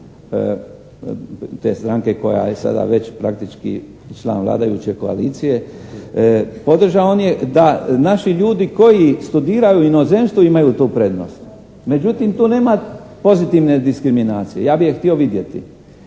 te stranke koja je sada već praktički član vladajuće koalicije podržao je da naši ljudi koji studiraju u inozemstvu imaju tu prednost. Međutim, tu nema pozitivne diskriminacije. Ja bi je htio vidjeti.